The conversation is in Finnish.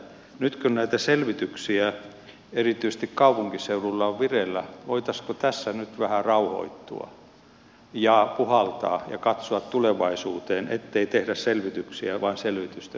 nyt kun näitä selvityksiä erityisesti kaupunkiseuduilla on vireillä voitaisiinko tässä nyt vähän rauhoittua ja puhaltaa ja katsoa tulevaisuuteen ettei tehdä selvityksiä vain selvitysten vuoksi